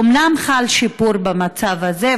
אומנם חל שיפור במצב הזה,